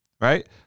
Right